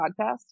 podcast